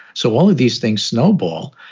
so all of these things snowball.